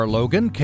Logan